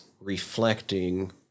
reflecting